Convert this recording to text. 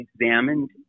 examined